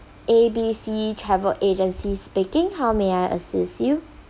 A B C travel agencies speaking how may I assist you